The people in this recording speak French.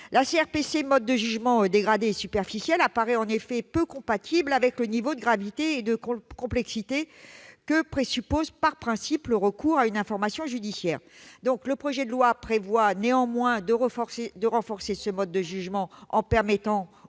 La CRPC, mode de jugement dégradé et superficiel, apparaît en effet peu compatible avec le niveau de gravité et de complexité que suppose par principe le recours à une information judiciaire. Le projet de loi prévoit néanmoins de renforcer ce mode de jugement en permettant au